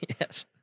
Yes